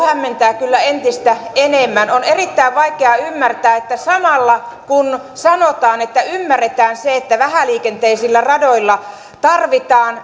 hämmentää kyllä entistä enemmän on erittäin vaikea ymmärtää että samalla kun sanotaan että ymmärretään se että vähäliikenteisillä radoilla tarvitaan